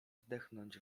zdechnąć